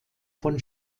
von